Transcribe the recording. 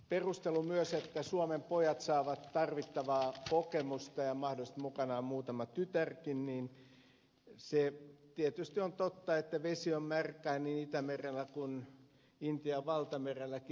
tämä perustelu myös että suomen pojat saavat tarvittavaa kokemusta ja mahdollisesti mukana on muutama tytärkin niin se tietysti on totta että vesi on märkää niin itämerellä kuin intian valtamerelläkin